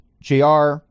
JR